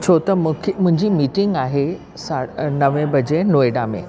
छो त मूंखे मुंहिंजी मीटिंग आहे सा अ नवे बजे नोएडा में